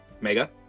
Mega